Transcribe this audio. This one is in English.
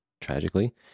tragically